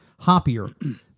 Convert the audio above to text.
hoppier